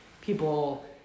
people